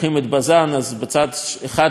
אז בצד האחד שלה חיפה,